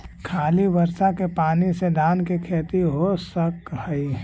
खाली बर्षा के पानी से धान के खेती हो सक हइ?